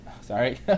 sorry